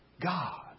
God